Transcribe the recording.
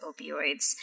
opioids